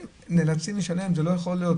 הם נאלצים לשלם את המחיר הגבוה.